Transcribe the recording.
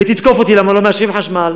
ותתקוף אותי למה לא מאשרים חשמל,